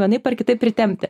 vienaip ar kitaip pritempti